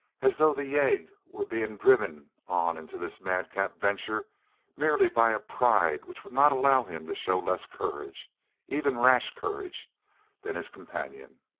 as though the yegg were being driven on into this madcap venture merely by a pride which would not allow him to show less courage even rash courage than his companion.